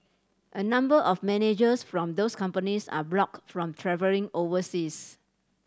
a number of managers from those companies are blocked from travelling overseas